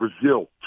Brazil